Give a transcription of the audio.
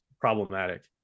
problematic